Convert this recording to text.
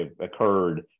occurred